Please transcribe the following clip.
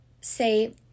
say